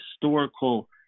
historical